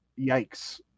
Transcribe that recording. yikes